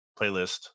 playlist